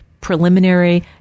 preliminary